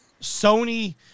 Sony